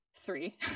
three